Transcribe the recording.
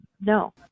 no